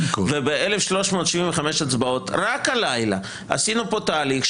וב-1,375 הצבעות רק הלילה עשינו פה תהליך,